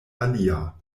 alia